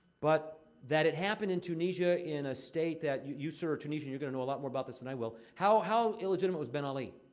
but that it happened in tunisia in a state that you, sir, are tunisian. you're gonna know a lot more about this than i will. how how illegitimate was ben ali?